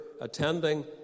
attending